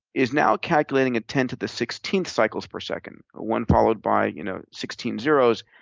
is now calculating at ten to the sixteenth cycles per second, a one followed by you know sixteen zeros,